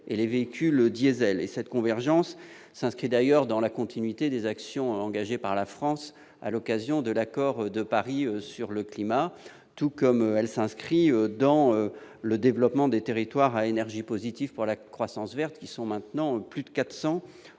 et les véhicules diesel. Cette convergence s'inscrit d'ailleurs dans la continuité des actions engagées par la France dans le cadre de l'accord de Paris sur le climat, ainsi que dans le développement des territoires à énergie positive pour la croissance verte, qui sont désormais plus de 400